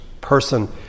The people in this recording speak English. person